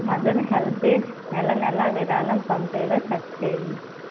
mother HelpAge నెలనెలా విరాళం పంపేలా సెట్ చేయి